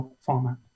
format